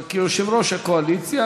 אבל כיושב-ראש הקואליציה,